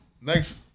next